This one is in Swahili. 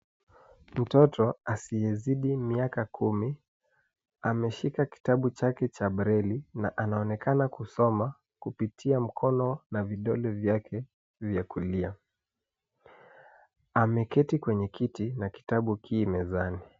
Mtoto asiyezidi miaka kumi ameshika kitabu chake cha braile na anaonekana kusoma kupitia mkono na vidole vyake vya kulia ameketi kwenye kiti na kitabu ki mezani.